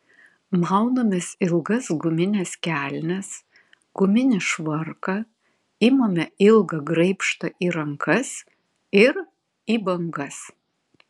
maunamės ilgas gumines kelnes guminį švarką imame ilgą graibštą į rankas ir į bangas